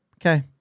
Okay